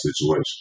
situation